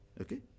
okay